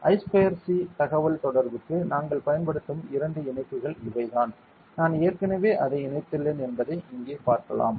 I square C தகவல்தொடர்புக்கு நாங்கள் பயன்படுத்தும் இரண்டு இணைப்புகள் இவைதான் நான் ஏற்கனவே அதை இணைத்துள்ளேன் என்பதை இங்கே பார்க்கலாம்